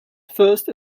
first